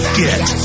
get